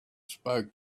spoke